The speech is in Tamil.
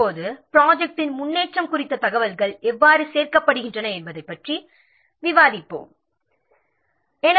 இப்போது ப்ராஜெக்ட்டின் முன்னேற்றம் குறித்த தகவல்கள் எவ்வாறு சேகரிக்கப்படுகின்றன என்பதைப் பற்றி விவாதிப்போம்